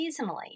seasonally